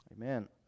amen